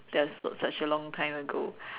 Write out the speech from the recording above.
that's not such a long time ago